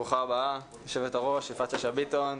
ברוכה הבאה, יושבת הראש יפעת שאבא ביטון.